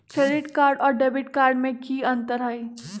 Credit card और debit card में की अंतर हई?